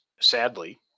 sadly